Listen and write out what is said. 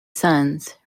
sons